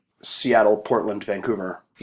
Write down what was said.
Seattle-Portland-Vancouver